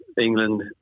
England